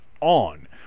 on